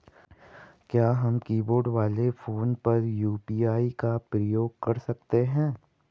क्या हम कीबोर्ड वाले फोन पर यु.पी.आई का प्रयोग कर सकते हैं?